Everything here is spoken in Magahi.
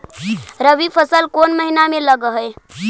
रबी फसल कोन महिना में लग है?